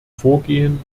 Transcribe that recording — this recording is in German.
vorgehen